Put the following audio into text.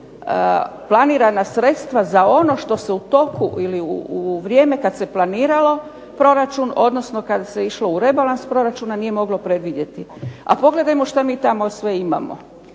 planirana sredstva za ono što se u toku ili u vrijeme kad se planiralo proračun odnosno kad se išlo u rebalans proračuna nije moglo predvidjeti, a pogledajmo šta mi tamo sve imamo.